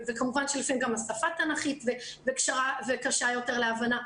וכמובן שלפעמים גם השפה תנ"כית וקשה יותר להבנה.